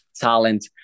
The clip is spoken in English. talent